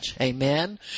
Amen